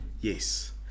yes